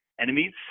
enemies